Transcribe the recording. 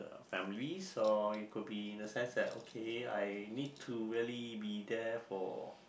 families or it could be the sense that okay I need to really be there for